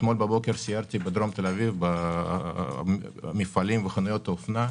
אתמול בבוקר סיירתי בדרום תל אביב במפעלים ובחנויות האופנה.